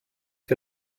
die